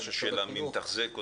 כבר רכש, השאלה מי מתחזק אותם,